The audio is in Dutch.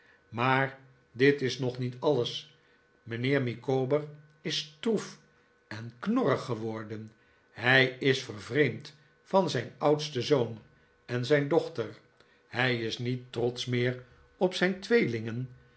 maar dit is nog niet alles mijnheer micawber is stroef en knorrig geworden hij is vervreemd van zijn oudsten zoon en zijn dochter hij is niet trotsch meer op zijn tweelingen